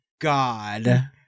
God